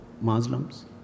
Muslims